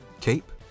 cape